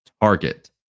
target